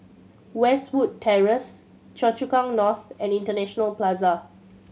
Westwood Terrace Choa Chu Kang North and International Plaza